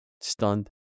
stunned